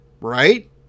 right